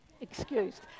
excused